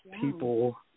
people